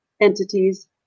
entities